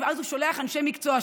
ואז הוא שולח אנשי מקצוע.